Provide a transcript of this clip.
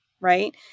right